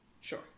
Sure